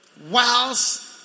Whilst